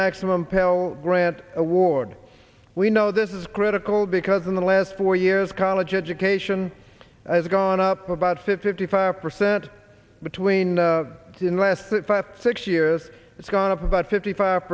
maximum pell grant award we know this is critical because in the last four years college education has gone up about fifty five percent between in the last five six years it's gone up about fifty five